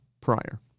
prior